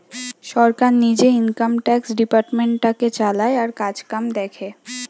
সরকার নিজে income tax ডিপার্টমেন্টটাকে চালায় আর কাজকাম দেখে